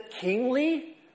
kingly